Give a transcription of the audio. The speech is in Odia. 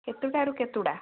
କେତେଟାରୁ କେତେଟା